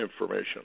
information